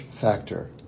factor